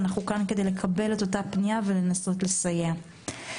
אנחנו כאן כדי לקבל את הפנייה ולנסות לסייע.